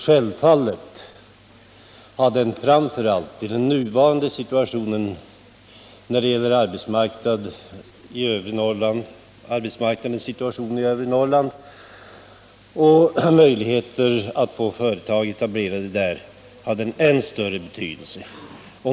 Självfallet har den i nuvarande arbetsmarknadssituation i övre Norrland än större betydelse för möjligheterna att få företag etablerade där.